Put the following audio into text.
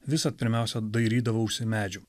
visad pirmiausia dairydavausi medžių